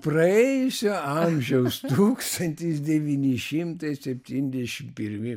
praėjusio amžiaus tūkstantis devyni šimtai septyndešim pirmi